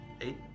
Eight